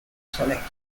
selected